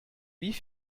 wie